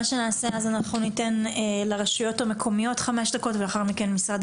מה שנעשה אז אנחנו ניתן לרשויות המקומיות חמש דקות ולאחר מכן משרד